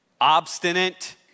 obstinate